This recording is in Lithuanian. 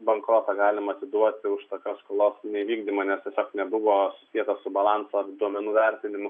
bankrotą galima atiduoti už tokios skolos nevykdymą nes tiesiog nebuvo susietas su balanso duomenų vertinimu